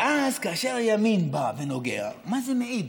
ואז, כאשר הימין בא ונוגע, על מה זה מעיד?